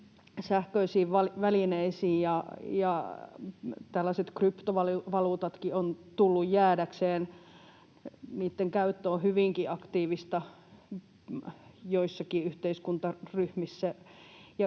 sähköisiin välineisiin, ja kryptovaluutatkin ovat tulleet jäädäkseen. Niitten käyttö on hyvinkin aktiivista joissakin yhteiskuntaryhmissä.